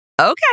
Okay